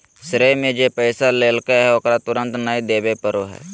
श्रेय में जे पैसा लेलकय ओकरा तुरंत नय देबे पड़ो हइ